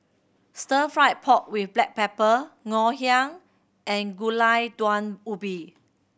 Stir Fried Pork With Black Pepper Ngoh Hiang and Gulai Daun Ubi